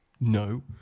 no